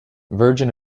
virgin